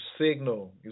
signal